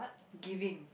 giving